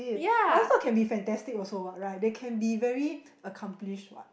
but those dog can be fantastic also what right they can be very accomplished what